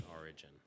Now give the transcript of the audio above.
origin